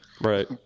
right